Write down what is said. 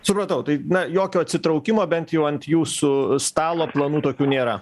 supratau tai na jokio atsitraukimo bent jau ant jūsų stalo planų tokių nėra